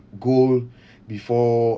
goal before